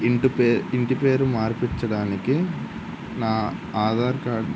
ఇంటి పేరు ఇంటి పేరు మార్పించడానికి నా ఆధార్ కార్డ్